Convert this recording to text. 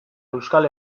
euskal